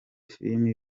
filime